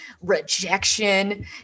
rejection